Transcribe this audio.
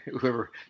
Whoever